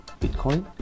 Bitcoin